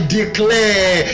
declare